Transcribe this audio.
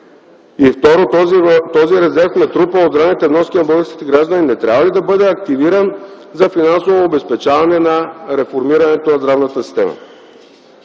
Второ, този резерв, натрупан от здравните вноски на българските граждани, не трябва ли да бъде активиран за финансово обезпечаване на реформирането на здравната система?